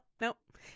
Nope